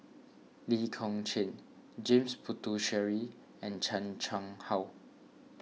Lee Kong Chian James Puthucheary and Chan Chang How